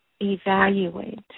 evaluate